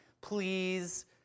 Please